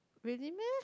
really meh